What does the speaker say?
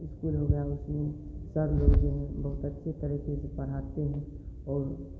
school हो गया उसमें सर लोग जो हैं बहुत अच्छे तरीके से पढ़ाते है और